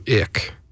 ick